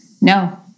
no